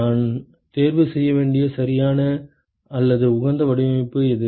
நான் தேர்வு செய்ய வேண்டிய சரியான அல்லது உகந்த வடிவமைப்பு எது